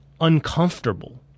uncomfortable